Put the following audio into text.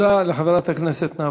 הודעה למזכירת הכנסת.